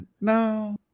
No